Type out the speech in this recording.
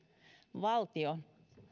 valtio